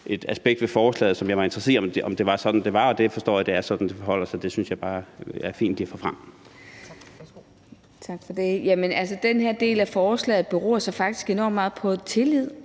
et aspekt ved forslaget, hvor jeg var interesseret i at høre om det var sådan, det var, og det forstår jeg er sådan, det forholder sig. Det synes jeg bare er fint lige at få frem.